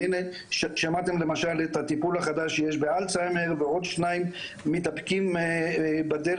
הנה שמעתם למשל את הטיפול החדש שיש באלצהיימר ועוד שניים מתדפקים בדלת,